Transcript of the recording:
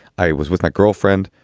i was with my girlfriend.